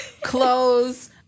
Clothes